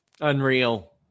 Unreal